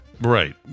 right